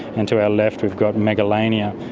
and to our left we've got megalania,